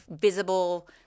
visible